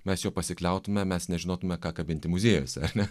mes jo pasikliautume mes nežinotume ką kabinti muziejuose ar ne